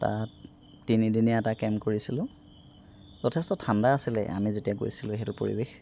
তাত তিনি দিনীয়া এটা কেম্প কৰিছিলোঁ যথেষ্ট ঠাণ্ডা আছিলে আমি যেতিয়া গৈছিলোঁ সেইটো পৰিৱেশ